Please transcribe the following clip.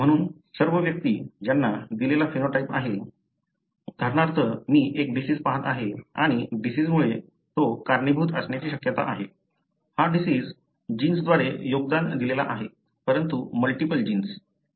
म्हणून तर सर्व व्यक्ती ज्यांना दिलेला फेनोटाइप आहे उदाहरणार्थ मी एक डिसिज पाहत आहे आणि डिसिजमुळे तो कारणीभूत असण्याची शक्यता आहे हा डिसिज जीन्सद्वारे योगदान दिलेला आहे परंतु मल्टिपल जीन्स